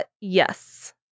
Yes